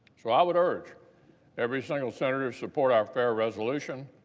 so, i would urge every single senator support ah a fair resolution.